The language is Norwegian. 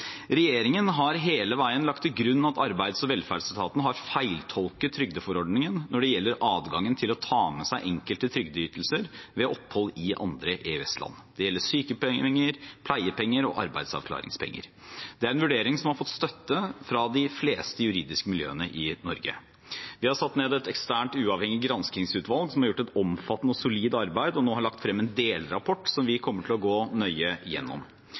Regjeringen har hele veien lagt til grunn at Arbeids- og velferdsetaten har feiltolket trygdeforordningen når det gjelder adgangen til å ta med seg enkelte trygdeytelser ved opphold i andre EØS-land. Det gjelder sykepenger, pleiepenger og arbeidsavklaringspenger. Det er en vurdering som har fått støtte fra de fleste juridiske miljøer i Norge. Vi har satt ned et eksternt, uavhengig granskingsutvalg som har gjort et omfattende og solid arbeid, og som nå har lagt frem en delrapport som vi kommer til å gå nøye gjennom.